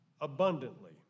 abundantly